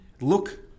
look